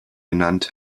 genannt